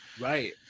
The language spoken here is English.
Right